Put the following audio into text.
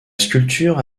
sculpture